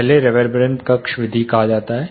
पहले रेवेरबेरेंट कक्ष विधि कहा जाता है